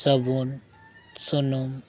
ᱥᱟᱵᱩᱱ ᱥᱩᱱᱩᱢ